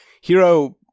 hero